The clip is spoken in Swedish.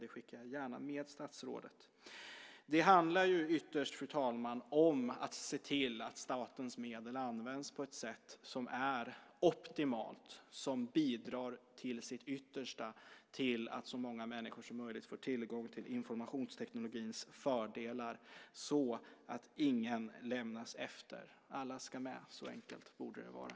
Det skickar jag gärna med statsrådet. Det handlar ytterst, fru talman, om att se till att statens medel används på ett sätt som är optimalt och som till sitt yttersta bidrar till att så många människor som möjligt får tillgång till informationsteknikens fördelar så att ingen lämnas efter. Alla ska med; så enkelt borde det vara.